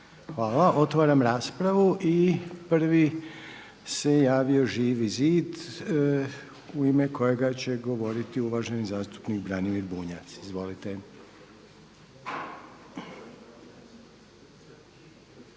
Hvala. Otvaram raspravu. I prvi se javio Živi zid u ime kojega će govoriti uvaženi zastupnik Branimir Bunjac. Izvolite.